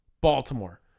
Baltimore